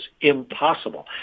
impossible